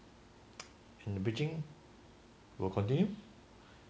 and the bitching will continue